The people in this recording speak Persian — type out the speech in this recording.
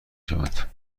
شوند